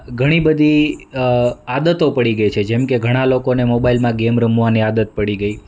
ઘણી બધી આદતો પડી ગઈ છે જેમકે ઘણાં લોકોને મોબાઇલમાં ગેમ રમવાની આદત પડી ગઈ